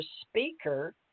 speaker